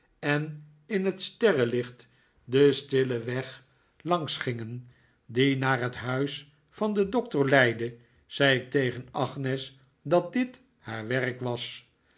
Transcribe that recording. en in het sterrenlicht den stillen weg langs gingen die naar het huis van den doctor leidde zei ik tegen agnes dat dit haar werk was